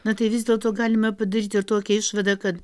na tai vis dėlto galime padaryti ir tokią išvadą kad